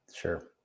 Sure